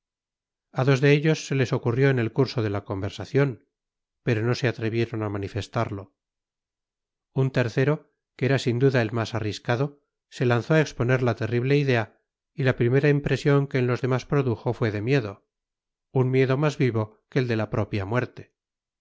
a dos de ellos se les ocurrió en el curso de la conversación pero no se atrevieron a manifestarlo un tercero que era sin duda el más arriscado se lanzó a exponer la terrible idea y la primera impresión que en los demás produjo fue de miedo un miedo más vivo que el de la propia muerte